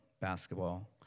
basketball